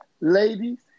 Ladies